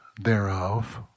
thereof